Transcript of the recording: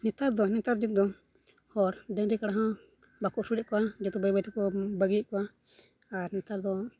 ᱱᱮᱛᱟᱨ ᱫᱚ ᱱᱮᱛᱟᱨ ᱫᱤᱱ ᱫᱚ ᱦᱚᱲ ᱰᱟᱹᱝᱨᱤ ᱠᱟᱲᱟ ᱦᱚᱸ ᱵᱟᱠᱚ ᱟᱹᱥᱩᱞᱮᱫ ᱠᱚᱣᱟ ᱡᱚᱛᱚ ᱵᱟᱹᱭ ᱵᱟᱹᱭ ᱛᱮᱠᱚ ᱵᱟᱹᱜᱤᱭᱮᱫ ᱠᱚᱣᱟ ᱟᱨ ᱱᱮᱛᱟᱨ ᱫᱚ